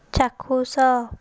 ଚାକ୍ଷୁଷ